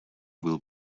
will